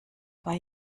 bei